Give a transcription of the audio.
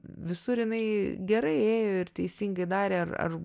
visur jinai gerai ėjo ir teisingai darė ar ar